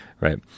right